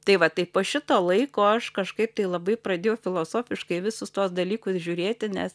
tai va tai po šito laiko aš kažkaip tai labai pradėjau filosofiškai į visus tuos dalykus žiūrėti nes